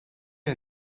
you